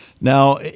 now